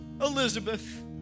Elizabeth